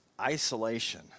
isolation